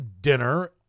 dinner